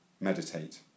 meditate